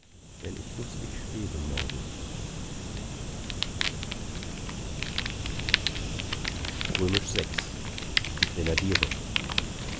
wenn ich luftig schwebe morgen vi die grenadiere